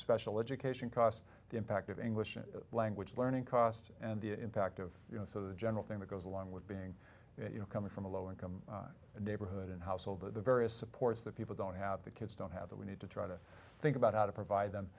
special education costs the impact of english language learning cost and the impact of you know sort of the general thing that goes along with being you know coming from a low income neighborhood in a household that the various supports that people don't have the kids don't have that we need to try to think about how to provide them